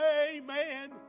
Amen